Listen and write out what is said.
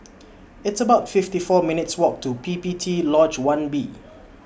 It's about fifty four minutes' Walk to P P T Lodge one B